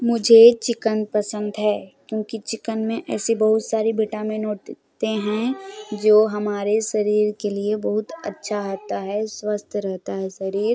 मुझे चिकन पसंद है चिकन में ऐसी बहुत सारी बिटामिन होते हैं जो हमारे शरीर के लिए बहुत अच्छा होता है स्वस्थ रहता है शरीर